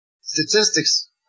statistics